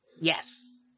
yes